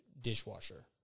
dishwasher